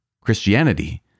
Christianity